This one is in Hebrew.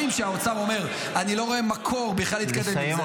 כשהאוצר אומר: אני לא רואה מקור בכלל להתקדם עם זה --- לסיים,